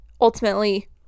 ultimately